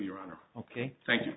your honor ok thank you